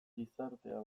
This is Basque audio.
gizartea